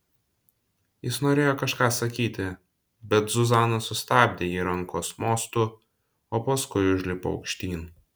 jis norėjo kažką sakyti bet zuzana sustabdė ji rankos mostu o paskui užlipo aukštyn